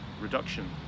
reduction